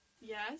Yes